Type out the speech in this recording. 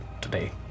today